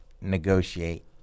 negotiate